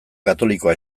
katolikoa